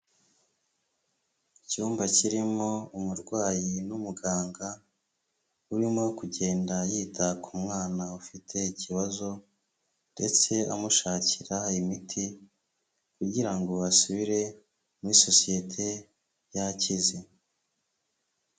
Icyumba kirimo umurwayi n'umuganga, urimo kugenda yita ku mwana ufite ikibazo ndetse amushakira imiti kugira ngo asubire muri sosiyete yakize.